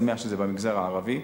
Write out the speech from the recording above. אבל אני שמח שזה במגזר הערבי.